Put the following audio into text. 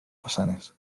façanes